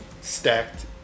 stacked